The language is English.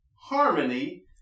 harmony